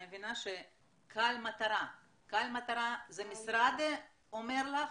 אני מבינה שקהל המטרה זה המשרד אומר לך?